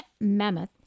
Mammoth